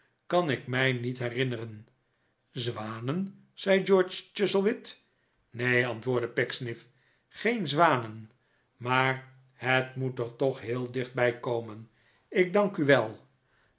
kan ik mij niet herinneren zwanen zei george chuzzlewit neen antwoordde pecksniff geen zwanen maar het moet er toch heel dichtbij komen ik dank u wel